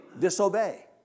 disobey